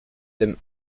them